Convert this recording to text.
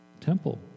temple